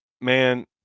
Man